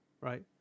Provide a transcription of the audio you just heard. Right